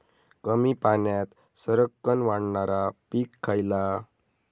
कमी पाण्यात सरक्कन वाढणारा पीक खयला?